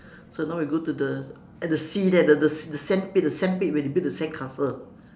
so now we go to the at the sea there the the the sandpit the sandpit where they build the sandcastle